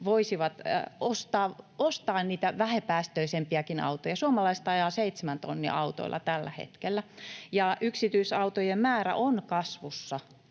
voisivat ostaa niitä vähäpäästöisempiäkin autoja. Suomalaiset ajavat seitsemän tonnin autoilla tällä hetkellä. Yksityisautojen määrä on kasvussa,